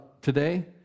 today